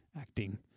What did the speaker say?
acting